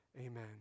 Amen